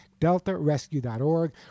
DeltaRescue.org